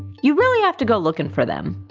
you really have to go looking for them!